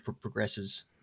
progresses